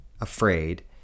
afraid